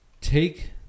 take